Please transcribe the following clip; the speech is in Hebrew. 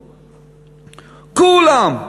כולם.